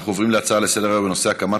אנחנו עוברים להצעה לסדר-היום בנושא: הקמת